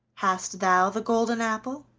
hast thou the golden apple?